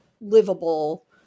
livable